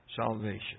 salvation